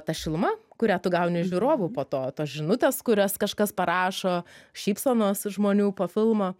ta šiluma kurią tu gauni iš žiūrovų po to tos žinutės kurias kažkas parašo šypsenos žmonių po filmo